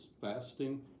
fasting